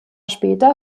später